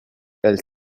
elle